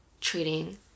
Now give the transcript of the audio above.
treating